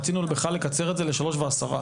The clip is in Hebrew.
רצינו בכלל לקצר את זה ל-15:10.